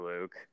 Luke